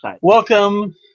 Welcome